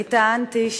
אני טענתי,